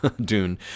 Dune